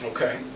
Okay